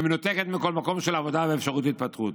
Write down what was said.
ומנותקת מכל מקום של עבודה ואפשרות התפתחות.